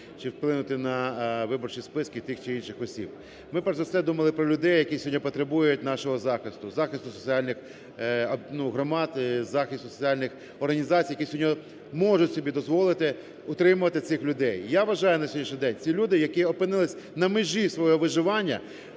чи вплинути на виборчі списки тих чи інших осіб. Ми, перш за все, думали про людей, які сьогодні потребують нашого захисту, захисту соціальних громад, захисту соціальних організацій, які сьогодні можуть собі дозволити утримувати цих людей. Я вважаю на сьогоднішній день, ці люди, які опинились на межі свого виживання,